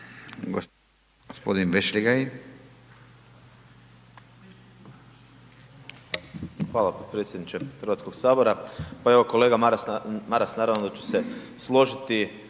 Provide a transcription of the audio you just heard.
Hvala potpredsjedniče Hrvatskog sabora. Pa evo kolega Maras naravno da ću se složiti